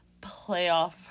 playoff